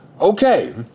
okay